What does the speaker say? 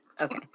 Okay